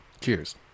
Cheers